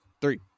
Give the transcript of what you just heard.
Three